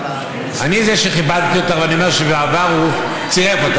אני זה שכיבדתי אותך ואני אומר שבעבר הוא צירף אותך.